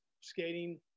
skating